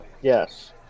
Yes